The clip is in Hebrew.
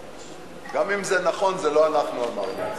גם אם זה נכון, זה לא אנחנו אמרנו.